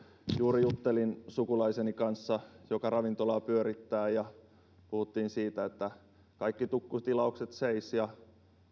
juuri juttelin sukulaiseni kanssa joka ravintolaa pyörittää ja puhuimme siitä että kaikki tukkutilaukset seis ja